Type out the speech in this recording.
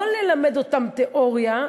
לא ללמד אותם תיאוריה,